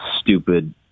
stupid